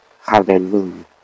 Hallelujah